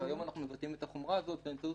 והיום אנחנו מבטאים את החומרה הזאת באמצעות